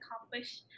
accomplish